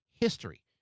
history